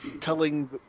telling